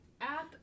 app